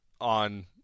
on